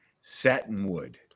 Satinwood